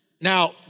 Now